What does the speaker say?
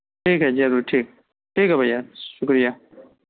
ٹھیک ہے ضرور ٹھیک ٹھیک ہے بھیا شکریہ